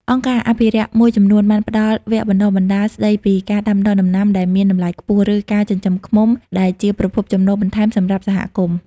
អង្គការអភិរក្សមួយចំនួនបានផ្តល់វគ្គបណ្តុះបណ្តាលស្តីពីការដាំដុះដំណាំដែលមានតម្លៃខ្ពស់ ឬការចិញ្ចឹមឃ្មុំ ដែលជាប្រភពចំណូលបន្ថែមសម្រាប់សហគមន៍។